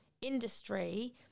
industry